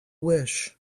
wish